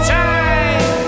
time